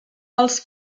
els